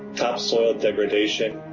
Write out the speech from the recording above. topsoil degradation,